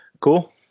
cool